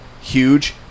Huge